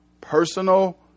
personal